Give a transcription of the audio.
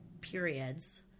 periods